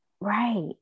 Right